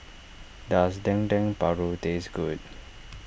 does Dendeng Paru taste good